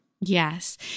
Yes